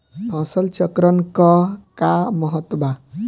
फसल चक्रण क का महत्त्व बा?